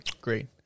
great